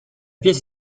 pièce